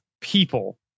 people